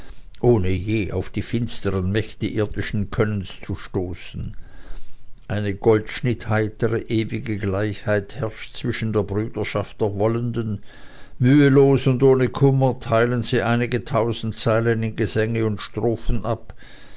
ohne je auf die finsteren mächte irdischen könnens zu stoßen eine goldschnittheitere ewige gleichheit herrscht zwischen der brüderschaft der wollenden mühelos und ohne kummer teilen sie einige tausend zeilen in gesänge und strophen ab